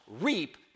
reap